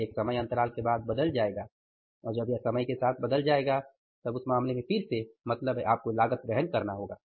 यह एक समय अंतराल के बाद बदल जाएगा और जब यह समय के साथ बदल जाएगा तब उस मामले में फिर से मतलब है आपको लागत वहन करना होगा